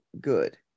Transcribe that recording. Good